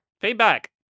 Feedback